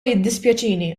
jiddispjaċini